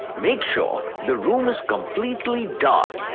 make sure the room is completely dark.